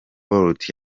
bolt